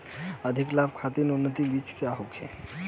अधिक लाभ खातिर उन्नत बीज का होखे?